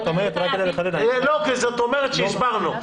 זאת אומרת, רק כדי לחדד --- זאת אומרת שהסברנו.